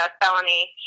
felony